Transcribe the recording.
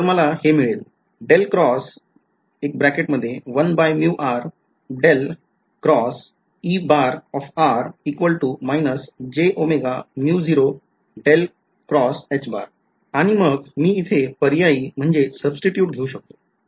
तर मला हे मिळेल आणि मग मी हे इथे पर्यायी म्हणजे सुब्स्टिटूट घेऊ शकतो